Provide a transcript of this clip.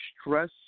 stress